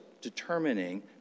determining